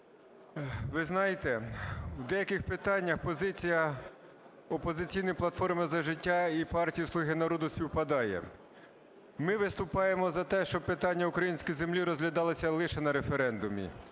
Ви знаєте, в деяких питаннях позиція "Опозиційної платформи - За життя" і партії "Слуга народу" співпадає. Ми виступаємо за те, щоб питання української землі розглядалося лише на референдумі.